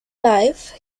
life